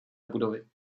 budovy